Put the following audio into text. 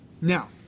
Now